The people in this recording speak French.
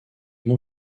bon